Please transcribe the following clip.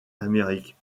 l’amérique